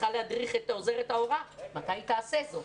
צריכה להדריך את עוזרת ההוראה ומתי היא תעשה זאת?